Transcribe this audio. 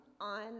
on